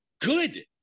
good